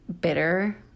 bitter